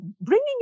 bringing